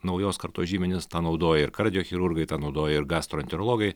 naujos kartos žymenys tą naudoja ir kardiochirurgai tą naudoja ir gastroenterologai